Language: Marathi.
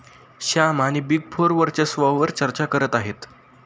श्याम आणि बिग फोर वर्चस्वावार चर्चा करत आहेत